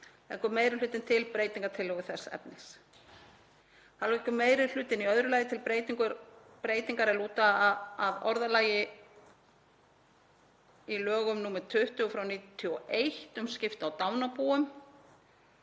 Leggur meiri hlutinn til breytingartillögu þess efnis. Þá leggur meiri hlutinn í öðru lagi til breytingar er lúta að orðalagi í lögum nr. 20/1991, um skipti á dánarbúum,